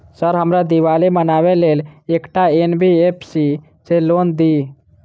Sir हमरा दिवाली मनावे लेल एकटा एन.बी.एफ.सी सऽ लोन दिअउ?